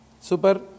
Super